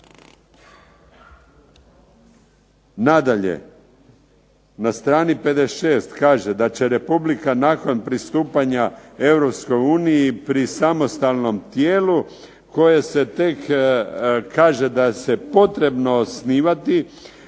Nadalje, na strani 56. kaže da će republika nakon pristupanja Europskoj uniji pri samostalnom tijelu koje se tek kaže da se potrebno osnivati,